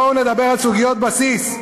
בואו נדבר על סוגיות בסיס.